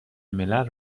ملل